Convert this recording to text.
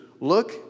look